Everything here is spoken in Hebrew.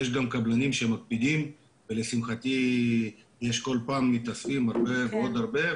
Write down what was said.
יש גם קבלנים שמקפידים ולשמחתי כל פעם מתאספים עוד הרבה,